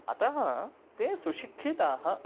अतः ते सुशिक्षिताः